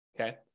okay